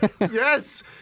Yes